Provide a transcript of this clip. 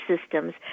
systems